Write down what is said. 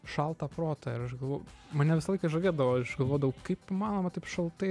šaltą protą ir aš galvo mane visą laiką žiūrėdavo aš galvodavau kaip įmanoma taip šaltai